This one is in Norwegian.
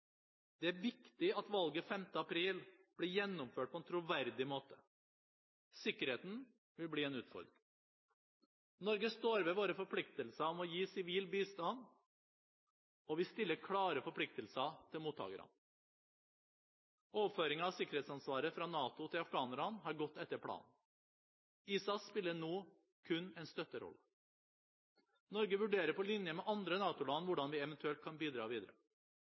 Det er viktig at valget 5. april blir gjennomført på en troverdig måte. Sikkerheten vil bli en utfordring. Norge står ved våre forpliktelser om å gi sivil bistand, og vi stiller klare forpliktelser til mottakerne. Overføringen av sikkerhetsansvaret fra NATO til afghanerne har gått etter planen. ISAF spiller nå kun en støtterolle. Norge vurderer på linje med andre NATO-land hvordan vi eventuelt kan bidra videre.